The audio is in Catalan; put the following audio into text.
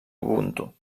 ubuntu